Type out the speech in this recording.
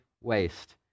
waste